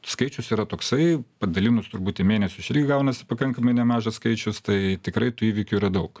skaičius yra toksai padalinus turbūt į mėnesius irgi gaunasi pakankamai nemažas skaičius tai tikrai tų įvykių yra daug